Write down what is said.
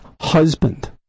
husband